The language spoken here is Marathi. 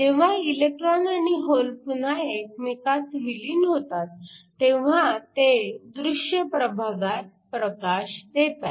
जेव्हा इलेक्ट्रॉन आणि होल पुन्हा एकमेकांत विलीन होतात तेव्हा ते दृश्य प्रभागात प्रकाश देतात